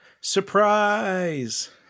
Surprise